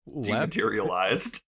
dematerialized